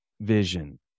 vision